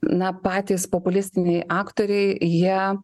na patys populistiniai aktoriai jie